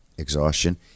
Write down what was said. exhaustion